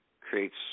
creates